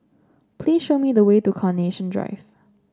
please show me the way to Carnation Drive